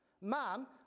Man